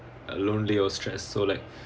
a lonely or stress so like